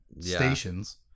stations